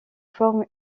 forme